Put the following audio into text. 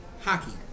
hockey